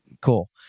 cool